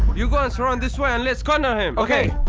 you go and surround this way and let's corner him. ok.